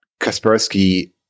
Kaspersky